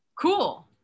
Cool